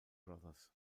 brothers